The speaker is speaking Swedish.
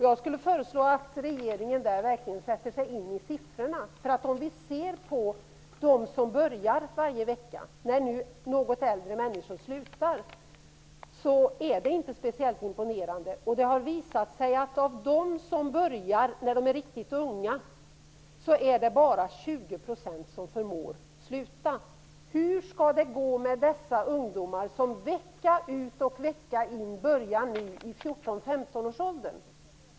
Jag föreslår att regeringen verkligen sätter sig in i siffrorna. Om vi ser på dem som börjar varje vecka -- när nu något äldre människor slutar -- är siffrorna inte speciellt imponerande. Det har visat sig att av dem som börjar när de är riktigt unga är det bara 20 % som förmår att sluta. Hur skall det gå med dessa ungdomar i 14--15-årsåldern som vecka ut och vecka in börjar röka?